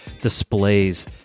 displays